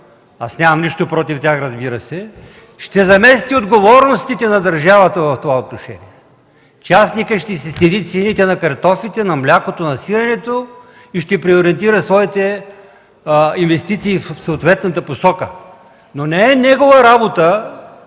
аз нямам нищо против тях, ще замести отговорностите на държавата в това отношение. Частникът ще си следи цените на картофите, на млякото, на сиренето и ще преориентира своите инвестиции в съответната посока. Не е негова работа